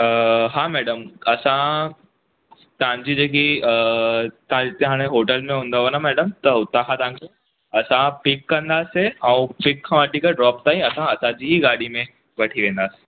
हा मैडम असां तव्हांजी जेकी तव्हांजी हाणे होटल मे हूंदव न मैडम त हुतां खां तव्हांखे असां पिक कंदासीं ऐं पिक खां वठी ड्रोप ताईं असां असांजी गाॾी में वठी वेंदासीं